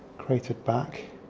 cratered back,